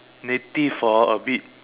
~ative hor a bit